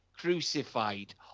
crucified